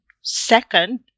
second